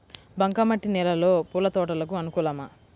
బంక మట్టి నేలలో పూల తోటలకు అనుకూలమా?